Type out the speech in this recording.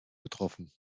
betroffen